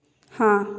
हाँ